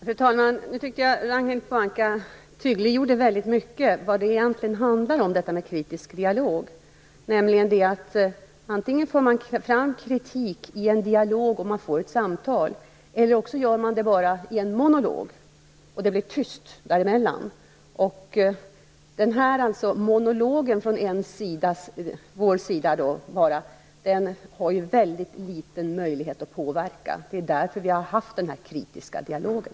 Fru talman! Nu tycker jag att Raghnild Pohanka väldigt mycket tydliggjorde vad det egentligen handlar om detta med kritisk dialog. Antingen för man fram kritik i en dialog och får i gång ett samtal eller också gör man det bara genom en monolog. Däremellan blir det tyst. Den ensidiga monologen från oss har ju väldigt liten möjlighet att påverka. Det är därför som vi har haft den kritiska dialogen.